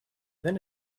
then